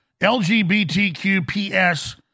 LGBTQPS